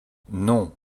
non